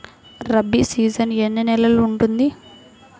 Rabi season ఎన్ని నెలలు ఉంటుంది?